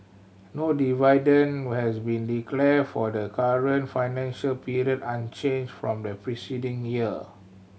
no dividend has been declared for the current financial period unchanged from the preceding year